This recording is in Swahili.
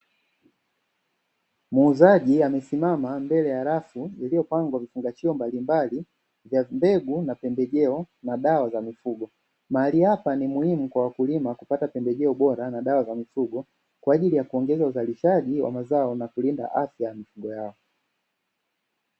Muuzaji amesimama mbele ya rafu iliyopangwa vifungashio mbalimbali vya mbegu na pembejeo na dawa za mifugo; mahali hapa ni muhimu kwa wakulima kupata pembejeo bora na dawa za mifugo, kwa ajili ya kuongeza uzalishaji wa mazao na kulinda afya ya mifugo yao.